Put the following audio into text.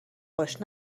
باش